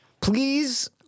Please